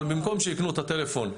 אבל במקום שיקנו את הטלפון רגיל,